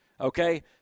okay